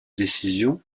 décision